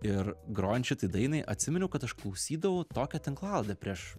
ir grojant šitai dainai atsiminiau kad aš klausydavau tokią tinklalaidę prieš